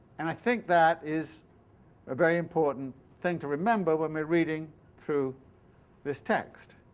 and i think that is a very important thing to remember when we're reading through this text.